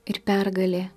ir pergalė